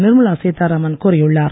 நிர்மலா சீதாராமன் கூறியுள்ளார்